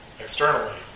externally